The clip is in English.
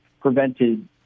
prevented